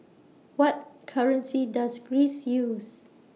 What currency Does Greece use